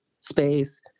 space